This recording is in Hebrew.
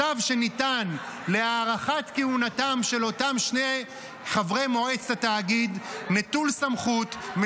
הצו שניתן להארכת כהונתם של אותם שני חברי מועצת תאגיד נטול סמכות,